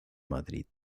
madrid